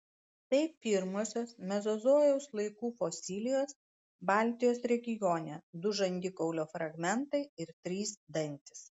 tai pirmosios mezozojaus laikų fosilijos baltijos regione du žandikaulio fragmentai ir trys dantys